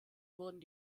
wurden